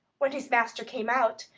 when his master came out,